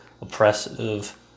oppressive